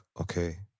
okay